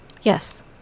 Yes